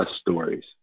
stories